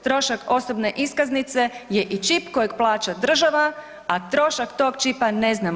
Trošak osobne iskaznice je i čip kojeg plaća država, a trošak tog čipa ne znamo.